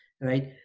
right